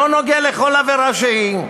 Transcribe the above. לכל עבירה שהיא,